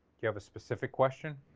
you have a specific question?